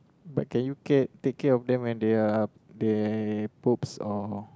but can you take care of them when they are they poops or